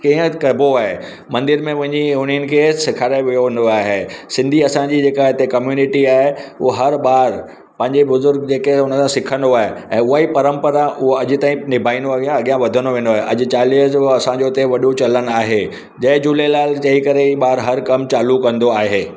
कीअं कबो आहे मंदर में वञी हुननि खे सेखारियो वेंदो आहे सिंधी असांजी जेका हिते कम्यूनिटी आहे उहो हर ॿार पंहिंजे बुज़ुर्ग जेके हुनसां सिखंदो आहे ऐं उहा ई परंपरा उहो अॼु ताईं निभाईंदो अॻियां वधंदो वेंदो आहे अॼु चालीहे जो असांजो हिथे वॾो चलनि आहे जय झूलेलाल चई करे ई ॿार हर कमु चालू कंदो आहे